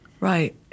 Right